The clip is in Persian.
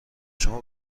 شما